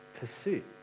pursuit